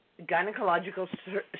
gynecological